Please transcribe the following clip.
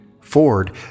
Ford